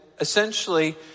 essentially